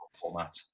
format